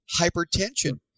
hypertension